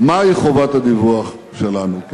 מהי חובת הדיווח שלנו.